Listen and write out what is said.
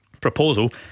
proposal